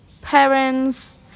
parents